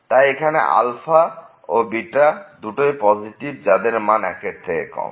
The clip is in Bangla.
তাই এখানে ও দুটোই পজেটিভ এবং যাদের মান 1 এর থেকে কম